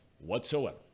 whatsoever